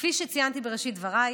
כפי שציינתי בראשית דבריי,